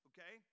Okay